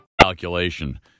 Calculation